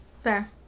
fair